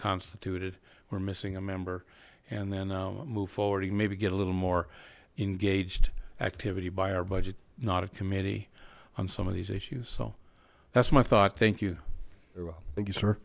constituted we're missing a member and then move forward maybe get a little more engaged activity by our budget not a committee on some of these issues so that's my thought thank you thank